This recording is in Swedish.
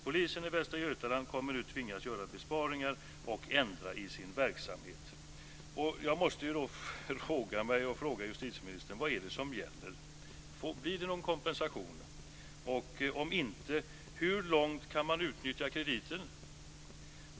Polisen i Västra Götaland kommer nu att tvingas göra besparingar och ändra i sin verksamhet. Jag måste då fråga mig, och jag frågar justitieministern: Vad är det som gäller? Blir det någon kompensation? Om inte, hur långt kan man utnyttja krediten?